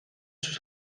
sus